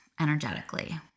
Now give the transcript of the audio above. energetically